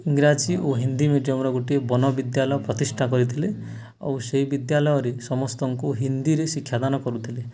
ଇଂରାଜୀ ଓ ହିନ୍ଦୀ ମିଡ଼ିୟମର ଗୋଟିଏ ବନବିଦ୍ୟାଳୟ ପ୍ରତିଷ୍ଠା କରିଥିଲେ ଆଉ ସେଇ ବିଦ୍ୟାଳୟରେ ସମସ୍ତଙ୍କୁ ହିନ୍ଦୀରେ ଶିକ୍ଷାଦାନ କରୁଥିଲେ